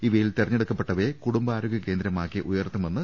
ഇവയിൽ തെരഞ്ഞെടുക്കപ്പെട്ടവയെ കുടുംബാരോഗൃ കേന്ദ്രമാക്കി ഉയർത്തും